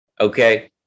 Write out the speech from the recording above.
okay